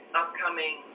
upcoming